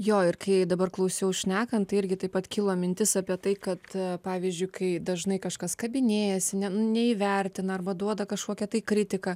jo ir kai dabar klausiau šnekant tai irgi taip pat kilo mintis apie tai kad pavyzdžiui kai dažnai kažkas kabinėjasi neįvertina arba duoda kažkokią tai kritiką